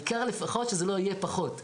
העיקר שזה לפחות לא יהיה פחות.